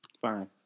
Fine